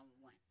one